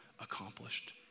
accomplished